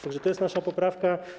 Tak że to jest nasza poprawka.